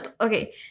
okay